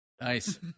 Nice